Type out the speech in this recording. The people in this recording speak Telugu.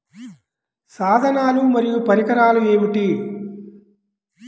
సాధనాలు మరియు పరికరాలు ఏమిటీ?